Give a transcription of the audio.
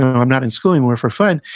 i'm not in school anymore, for fun.